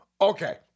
Okay